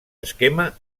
esquema